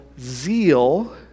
zeal